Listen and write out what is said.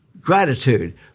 gratitude